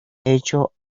hecho